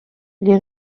les